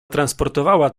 transportowała